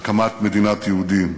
הקמת מדינת יהודים.